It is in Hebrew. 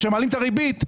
כשמעלים את הריבית,